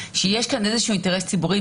שיש כאן איזשהו אינטרס ציבורי,